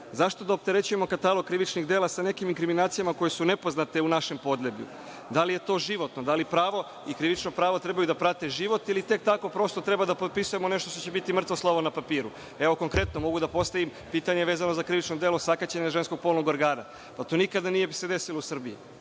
Zašto da opterećujemo katalog krivičnih dela sa nekim inkriminacijama koje su nepoznate u našem podneblju? Da li je to životno, da li pravo i krivično pravo trebaju da prate život ili tek tako prosto treba da potpisujemo nešto što će biti mrtvo slovo na papiru. Konkretno, mogu da postavim pitanje vezano za krivično delo sakaćenje ženskog polnog organa? To se nikada nije desilo u Srbiji,